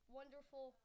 wonderful